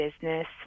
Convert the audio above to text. business